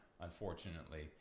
unfortunately